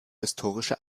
historische